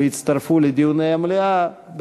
ויצטרפו לדיוני המליאה,